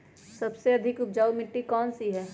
सबसे अधिक उपजाऊ मिट्टी कौन सी हैं?